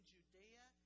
Judea